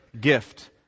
gift